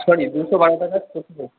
sorry দুশো বারো টাকা সত্তর